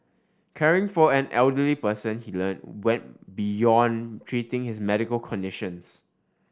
caring for an elderly person he learnt went beyond treating his medical conditions